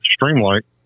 Streamlight